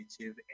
YouTube